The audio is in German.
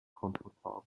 komfortabel